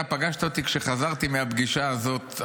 אתה פגשת אותי כשחזרתי מהפגישה הזאת,